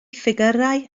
ffigyrau